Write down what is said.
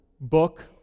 book